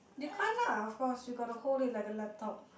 you can't lah of course you gotta hold it like a laptop